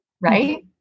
Right